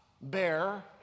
bear